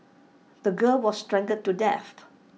the girl was strangled to death